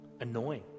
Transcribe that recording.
annoying